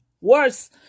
worse